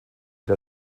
der